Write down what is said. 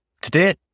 Today